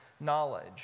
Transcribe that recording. knowledge